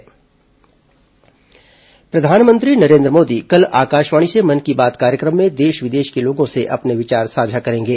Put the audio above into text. मन की बात प्रधानमंत्री नरेंद्र मोदी कल आकाशवाणी से मन की बात कार्यक्रम में देश विदेश के लोगों से अपने विचार साझा करेंगे